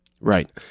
Right